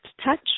touch